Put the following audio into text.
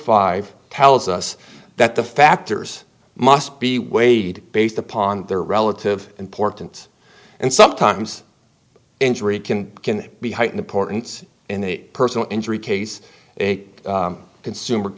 five tells us that the factors must be weighed based upon their relative importance and sometimes injury can can be heightened importance in a personal injury case a consumer